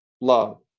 love